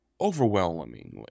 overwhelmingly